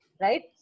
right